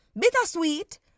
bittersweet